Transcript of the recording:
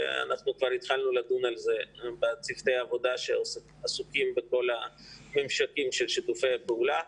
וכבר התחלנו לדון בזה בצוותי העבודה שעסוקים בממשקים של שיתוף הפעולה.